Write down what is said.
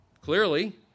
Clearly